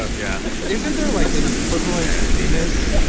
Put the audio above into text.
ah yeah isn't there like an equivalent and penis